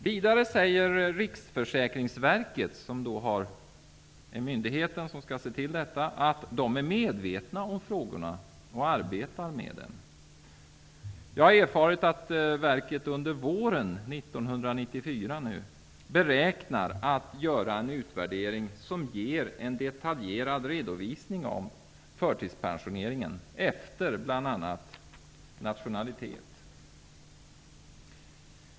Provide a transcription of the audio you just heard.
Vidare säger Riksförsäkringsverket, som är den myndighet som skall utöva tillsyn, att det är medvetet om frågorna och arbetar med dem. Jag har erfarit att verket under våren 1994 beräknar att göra en utvärdering som ger en detaljerad redovisning av förtidspensioneringen efter bl.a. nationalitet.